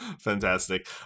fantastic